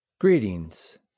Greetings